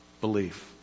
belief